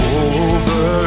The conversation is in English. over